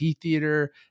theater